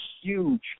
huge